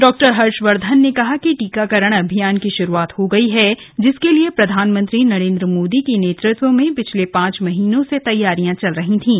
doctor Harshvardhan ने कहा कि टीकाकरण अभियान की शुरूआत हो गई है जिसके लिए प्रधानमंत्री नरेन्द्र मोदी के नेतृत्व में पिछले पांच महीनों से तैयारियां चल रही थीं